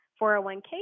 401k